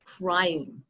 crying